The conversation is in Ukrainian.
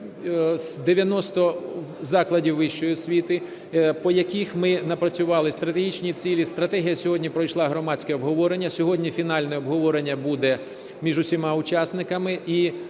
з 90 закладів вищої освіти, по яких ми напрацювали стратегічні цілі. Стратегія сьогодні пройшла громадське обговорення. Сьогодні фінальне обговорення буде між всіма учасниками.